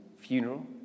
funeral